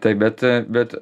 tai bet bet